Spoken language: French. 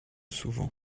souvent